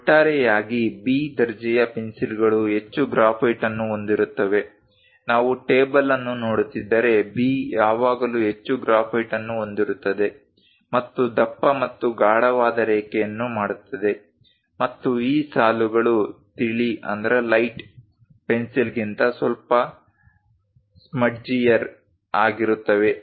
ಒಟ್ಟಾರೆಯಾಗಿ B ದರ್ಜೆಯ ಪೆನ್ಸಿಲ್ಗಳು ಹೆಚ್ಚು ಗ್ರ್ಯಾಫೈಟ್ ಅನ್ನು ಹೊಂದಿರುತ್ತವೆ ನಾವು ಟೇಬಲ್ ಅನ್ನು ನೋಡುತ್ತಿದ್ದರೆ B ಯಾವಾಗಲೂ ಹೆಚ್ಚು ಗ್ರ್ಯಾಫೈಟ್ ಅನ್ನು ಹೊಂದಿರುತ್ತದೆ ಮತ್ತು ದಪ್ಪ ಮತ್ತು ಗಾಢವಾದ ರೇಖೆಯನ್ನು ಮಾಡುತ್ತದೆ ಮತ್ತು ಈ ಸಾಲುಗಳು ತಿಳಿ ಪೆನ್ಸಿಲ್ಗಿಂತ ಸ್ವಲ್ಪ ಸ್ಮಡ್ಜಿಯರ್ ಆಗಿರುತ್ತವೆ